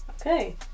Okay